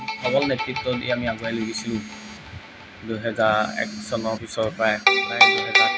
সবল নেতৃত্ব দি আমি আগুৱাই লৈ গৈছিলোঁ দুহেজাৰ এক চনৰ পিছৰ পৰাই